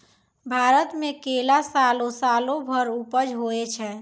भारत मे केला सालो सालो भर उपज होय छै